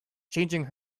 changing